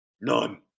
None